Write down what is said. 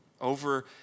over